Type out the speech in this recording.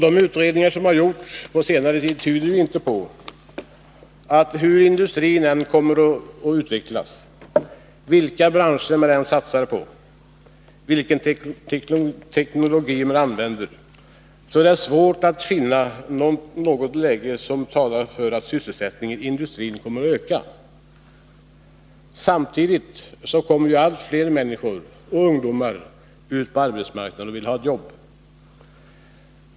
De utredningar som gjorts på senare tid tyder ju på att hur industrin än kommer att utvecklas — oberoende av vilka branscher som man satsar på och vilken teknologi man använder — så är det svårt att finna något läge där sysselsättningen inom industrin ökar. Samtidigt kommer allt fler ungdomar ständigt ut på arbetsmarknaden och vill ha ett jobb.